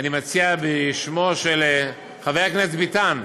אני מציע בשמו חבר הכנסת ביטן,